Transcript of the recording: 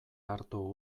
arto